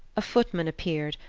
a footman appeared,